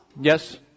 Yes